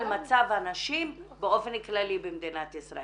מצב הנשים באופן כללי במדינת ישראל.